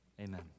Amen